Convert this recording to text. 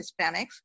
hispanics